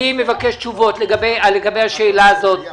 אני מבקש תשובות לגבי השאלה הזאת, הילה,